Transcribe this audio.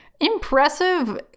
Impressive